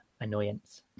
annoyance